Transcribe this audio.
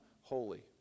holy